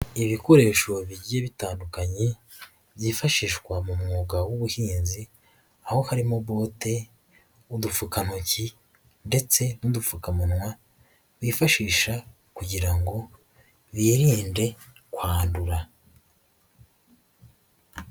Ibikoresho bigiye bitandukanye byifashishwa mu mwuga w'ubuhinzi, aho harimo bote, udupfukantoki ndetse n'udupfukamunwa, bifashisha kugira ngo birinde kwandura.